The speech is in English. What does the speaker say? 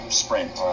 sprint